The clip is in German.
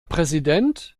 präsident